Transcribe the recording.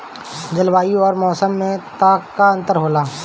जलवायु और मौसम में का अंतर होला?